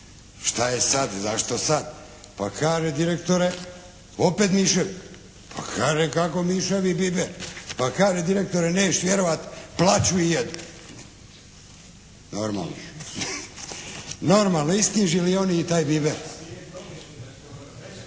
šta je sad, zašto sad? Pa kaže, direktore opet miševi, pa kaže kako miševi i biber. Pa kaže direktore neš vjerovati plaču i jedu, normalno. Normalno, isknjižili oni i taj biber.